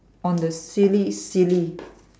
on the silly silly